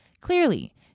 clearly